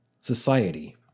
society